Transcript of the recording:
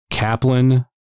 Kaplan